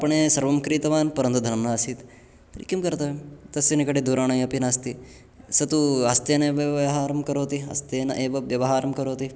आपणे सर्वं क्रीतवान् परन्तु धनं नासीत् किं कर्तव्यं तस्य निकटे दूरावाणी अपि नास्ति स तु अस्तेनैव व्यवहारं करोति अस्तेन एव व्यवहारं करोति